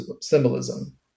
symbolism